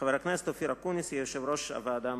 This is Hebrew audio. חבר הכנסת אופיר אקוניס יהיה יושב-ראש הוועדה המשותפת.